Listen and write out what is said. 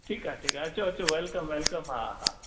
ठीकु आहे ठीकु आहे अचो अचो वेलकम वेलकम हा हा